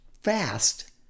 fast